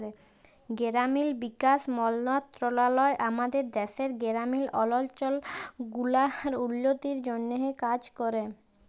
গেরামিল বিকাশ মলত্রলালয় আমাদের দ্যাশের গেরামিল অলচল গুলার উল্ল্য তির জ্যনহে কাজ ক্যরে